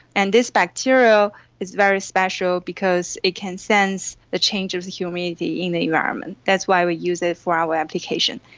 and this bacteria is very special because it can sense the change of humidity in the environment, that's why we use it for our application.